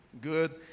good